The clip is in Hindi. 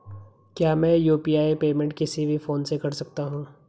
क्या मैं यु.पी.आई पेमेंट किसी भी फोन से कर सकता हूँ?